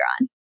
on